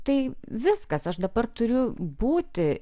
tai viskas aš dabar turiu būti